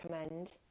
recommend